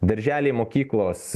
darželiai mokyklos